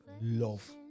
love